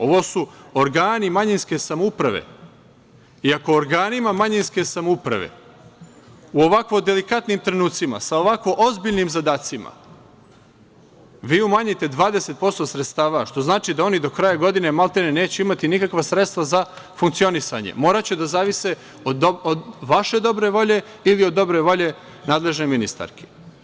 Ovo su organi manjinske samouprave i ako organima manjinske samouprave u ovako delikatnim trenucima, sa ovako ozbiljnim zadacima vi umanjite 20% sredstava, što znači da oni do kraja godine malte ne neće imati nikakva sredstva za funkcionisanje, moraće da zavise od vaše dobre volje ili od dobre volje nadležne ministarke.